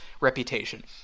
reputation